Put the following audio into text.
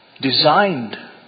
Designed